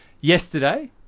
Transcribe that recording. Yesterday